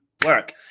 work